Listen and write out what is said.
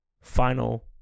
final